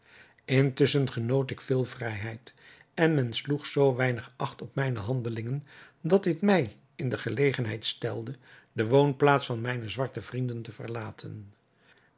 intusschen genoot ik veel vrijheid en men sloeg zoo weinig acht op mijne handelingen dat dit mij in de gelegenheid stelde de woonplaats van mijne zwarte vrienden te verlaten